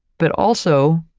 but also,